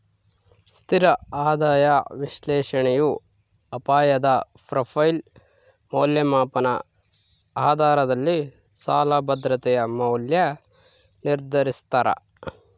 ಸ್ಥಿರ ಆದಾಯ ವಿಶ್ಲೇಷಣೆಯು ಅಪಾಯದ ಪ್ರೊಫೈಲ್ ಮೌಲ್ಯಮಾಪನ ಆಧಾರದಲ್ಲಿ ಸಾಲ ಭದ್ರತೆಯ ಮೌಲ್ಯ ನಿರ್ಧರಿಸ್ತಾರ